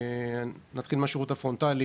השירות הפרונטלי,